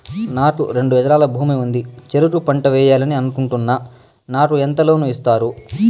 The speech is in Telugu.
నాకు రెండు ఎకరాల భూమి ఉంది, చెరుకు పంట వేయాలని అనుకుంటున్నా, నాకు ఎంత లోను ఇస్తారు?